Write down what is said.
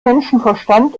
menschenverstand